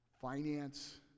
finance